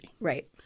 Right